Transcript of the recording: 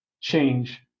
change